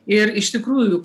ir iš tikrųjų